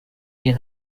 des